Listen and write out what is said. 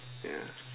yeah